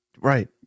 Right